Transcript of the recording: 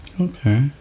okay